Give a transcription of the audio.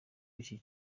w’iki